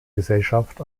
gesellschaft